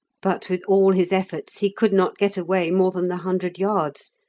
but with all his efforts he could not get away more than the hundred yards,